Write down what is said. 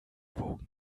wogen